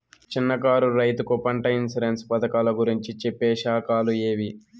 చిన్న కారు రైతుకు పంట ఇన్సూరెన్సు పథకాలు గురించి చెప్పే శాఖలు ఏవి?